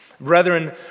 Brethren